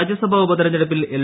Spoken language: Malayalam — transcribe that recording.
രാജ്യസഭ ഉപതെരഞ്ഞെടുപ്പിൽ എൽ